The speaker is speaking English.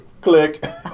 Click